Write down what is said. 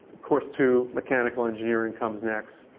course two, mechanical engineering, comes next.